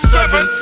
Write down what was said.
Seven